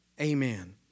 Amen